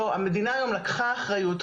המדינה היום לקחה אחריות,